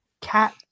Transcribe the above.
cat